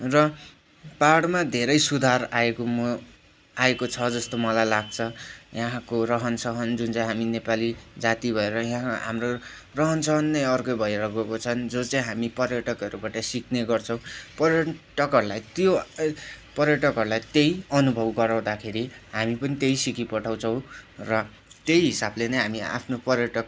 र पाहाडमा धेरै सुधार आएको म आएको छ जस्तो मलाई लाग्छ यहाँको रहनसहन जुन चाहिँ हामी नेपाली जाति भएर यहाँ हाम्रो रहनसहन नै अर्कै भएर गएको छन् जो चाहिँ हामी पर्टकहरूबाट सिक्ने गर्छौँ पर्यटकहरूलाई त्यो पर्यटकहरूलाई त्यही अनुभव गराउँदाखेरि हामी पनि त्यही सिकिपठाउँछौँ र त्यही हिसाबले नै हामी आफ्नो पर्यटक